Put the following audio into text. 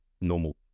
normal